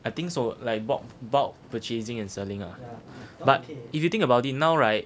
I think so like bullk bulk purchasing and selling ah but if you think about it now right